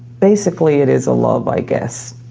basically, it is a love, i guess.